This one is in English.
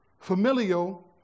Familial